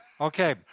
okay